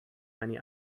many